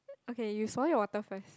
okay you swallow your water first